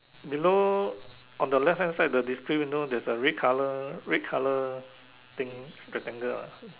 below on the left hand side the display window there's a red colour red colour thing rectangle ah